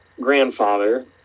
grandfather